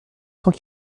cents